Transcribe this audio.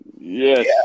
Yes